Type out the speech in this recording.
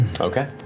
Okay